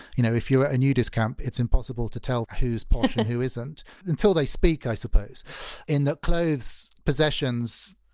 you know if you're at a nudist camp, it's impossible to tell who's posh or who isn't until they speak, i suppose in that clothes, possessions,